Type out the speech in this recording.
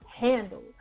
handled